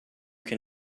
can